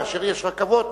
כאשר יש רכבות,